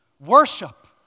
Worship